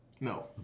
No